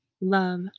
love